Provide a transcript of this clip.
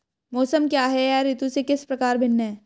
मौसम क्या है यह ऋतु से किस प्रकार भिन्न है?